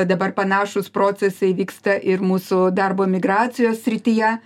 dabar panašūs procesai vyksta ir mūsų darbo migracijos srityje